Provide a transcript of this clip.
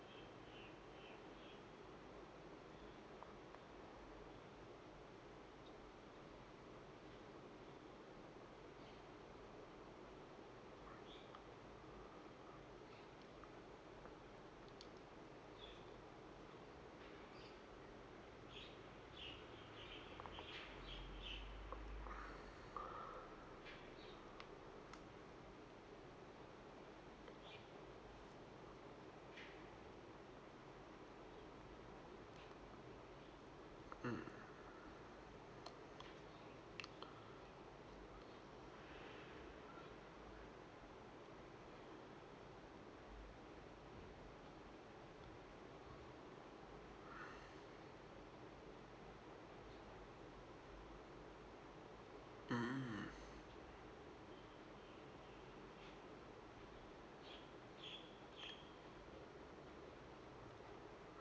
mm mm